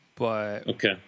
Okay